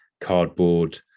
cardboard